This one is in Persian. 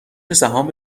سهام